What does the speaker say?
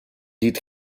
did